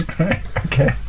okay